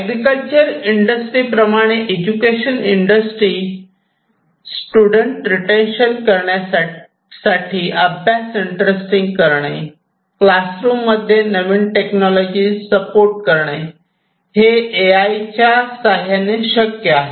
agriculture industry प्रमाणे education इंडस्ट्रीमध्ये student retention करण्यासाठी अभ्यास इंटरेस्टिंग करणे क्लास रूम मध्ये नवीन टेक्नॉलॉजी सपोर्ट करणे हे ए आय च्या साह्याने शक्य आहे